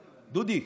דודי,